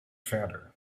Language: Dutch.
verder